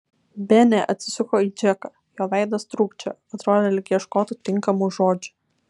benė atsisuko į džeką jo veidas trūkčiojo atrodė lyg ieškotų tinkamų žodžių